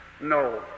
No